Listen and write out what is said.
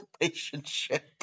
relationship